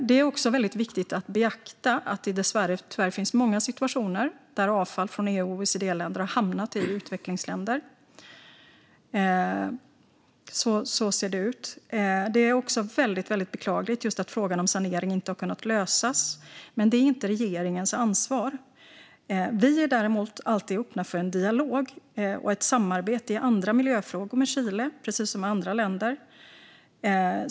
Det är också väldigt viktigt att beakta att det tyvärr finns många exempel på att avfall från OECD-länder hamnat i utvecklingsländer. Det är väldigt beklagligt att frågan om sanering inte har kunnat lösas, men det är inte regeringens ansvar. Vi är däremot alltid öppna för dialog och samarbete i andra miljöfrågor med Chile, precis som med andra länder.